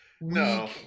no